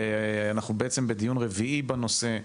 אנחנו בעצם בדיון רביעי בנושא.